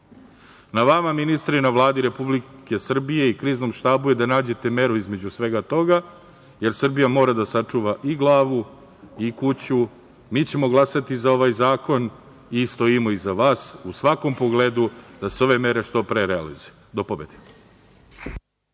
Na vama ministre i na Vladi Republike Srbije i na Kriznom štabu je da nađete meru između svega toga, jer Srbija mora da sačuva i glavu i kuću. Mi ćemo glasati za ovaj zakon i stojimo iza vas u svakom pogledu da se ove mere što pre realizuju. Do pobede.